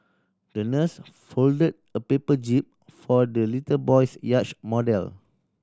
the nurse fold a paper jib for the little boy's yacht model